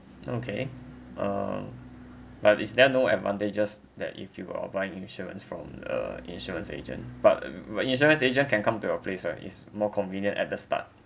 okay um but is there no advantages that if you are buying insurance from a insurance agent but mm when insurance agent can come to your place right is more convenient at the start